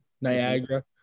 Niagara